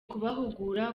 kubahugura